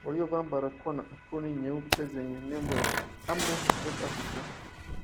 Waliovaa barakoa na aproni nyeupe zenye nembo ya Amref Health Africa.